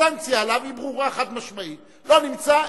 הסנקציה עליו היא ברורה וחד-משמעית: לא נמצא,